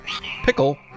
pickle